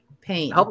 pain